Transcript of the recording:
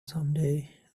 someday